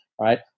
Right